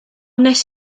wnes